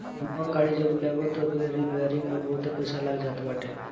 महंग गाड़ी जब लेबअ तअ ओकरी रिपेरिंग में बहुते पईसा लाग जात बाटे